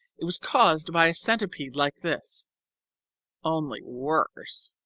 it was caused by a centipede like this only worse.